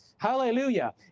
Hallelujah